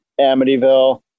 Amityville